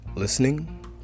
Listening